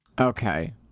Okay